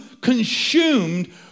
consumed